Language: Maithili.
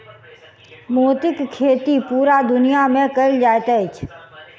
मोतीक खेती पूरा दुनिया मे कयल जाइत अछि